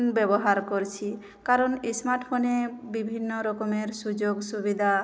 ব্যবহার করছি কারণ স্মার্ট ফোনে বিভিন্ন রকমের সুযোগ সুবিধা